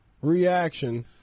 Reaction